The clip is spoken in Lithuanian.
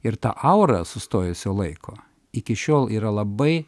ir ta aura sustojusio laiko iki šiol yra labai